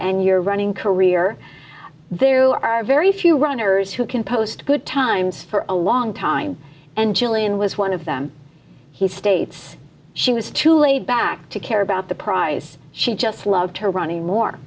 and your running career there are very few runners who can post good times for a long time and julian was one of them he states she was too laid back to care about the prize she just loved her running more